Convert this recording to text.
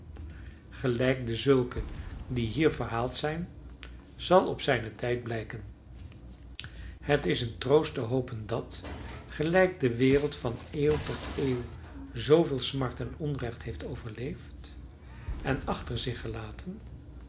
gelijk dezulke die hier verhaald zijn zal op zijnen tijd blijken het is een troost te hopen dat gelijk de wereld van eeuw tot eeuw zooveel smart en onrecht heeft overleefd en achter zich gelaten